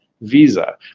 visa